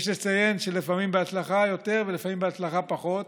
יש לציין שלפעמים בהצלחה יותר ולפעמים בהצלחה פחות.